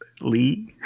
Lee